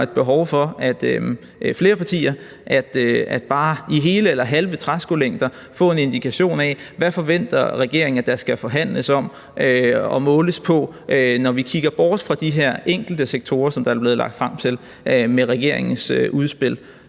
et behov for bare i hele eller halve træskolængder at få en indikation af, hvad regeringen forventer der skal forhandles om og måles på, når vi ser bort fra de her enkelte sektorer, der er blevet lagt frem med regeringens udspil.